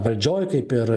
valdžioj kaip ir